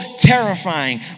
terrifying